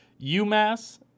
umass